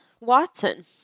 Watson